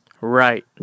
Right